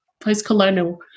post-colonial